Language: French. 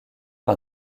par